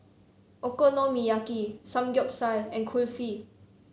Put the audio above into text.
Okonomiyaki Samgeyopsal and Kulfi